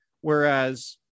Whereas